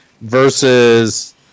Versus